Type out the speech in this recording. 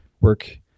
work